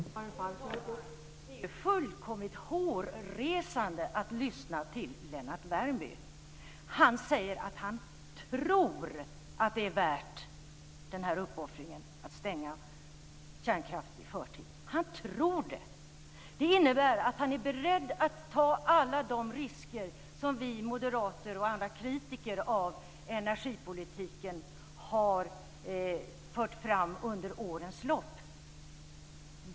Fru talman! Det är ju fullkomligt hårresande att lyssna till Lennart Värmby. Han säger att han tror att det är värt uppoffringen att stänga kärnkraft i förtid. Han tror det! Det innebär att han är beredd att ta alla de risker som vi moderater och andra kritiker av energipolitiken har fört fram under årens lopp.